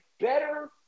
better